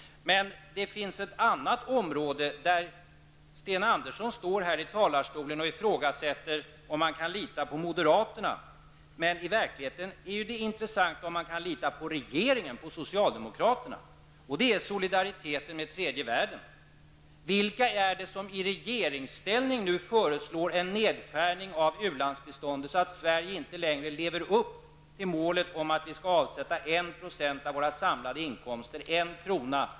Sten Andersson står här i talarstolen och ifrågasätter om man kan lita på moderaterna. Men i verkligheten är det intressanta om man kan lita på regeringen, på socialdemokraterna, när det gäller solidariteten med tredje världen. Vilka är det som i regeringsställning nu föreslår en nedskärning av ulandsbiståndet så att Sverige inte längre lever upp till målet att vi skall avsätta 1 % av våra samlade inkomster, 1 kr.